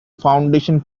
foundation